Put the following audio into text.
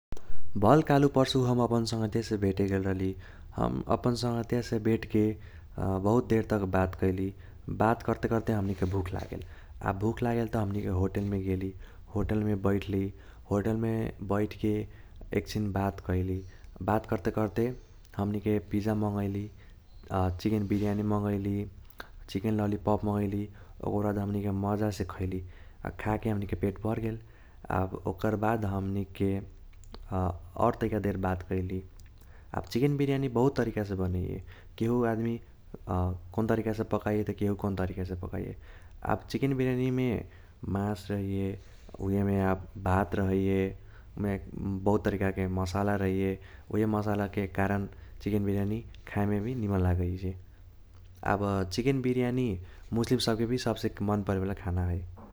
भल कलहू परसू हम अपन संगहतियासे भेटे गेल रहली। हम अपन संगहतियासे भेटके बहुत देर तक बात कैली । बात करते करते हमनीके भूक लागगेल । आब भूक लगगेल त हमनीके होटलमे गेली होटलमे बैठली होटलमे बैठके एकछिन बात कैली। बात करते करते हमनीके पिज्जा मगईली चिकेन बीर्यानी मगईली, चिकेन ललिपोप मगईली ओकर बाद हमनीके मजासे खैली। आ खाके हमनीके पेट भरगेल। आब ओकर बाद हमनीके और तैका देर बात कैली। आब चिकेन बीर्यानी बहुत तरिकासे बनाइये। केहु आदमी कौन तरिकसे पकाइए त केहु कौन तरिकसे पकाइए। आब चिकेन बिर्यानीमे मास रहाइए उहेमे आब भात रहैए उमे बहुत तरिकाके मसाला रहैए। उहे मसालाके कारण चिकेन बीर्यानी खाएमे भी निमन लगाइसै। आब चिकेन बीर्यानी मुस्लिम सबके भी सबसे मन परेवाला खाना है।